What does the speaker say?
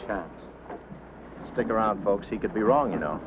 chap stick around folks he could be wrong you know